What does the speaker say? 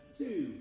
two